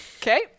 okay